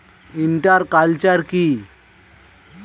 Inter culture কি?